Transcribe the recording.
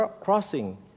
crossing